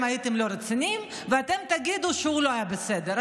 הייתם לא רציניים ואתם תגידו שהוא לא היה בסדר.